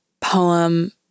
poem